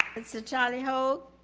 and so charlie hogue,